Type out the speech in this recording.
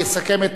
יסכם את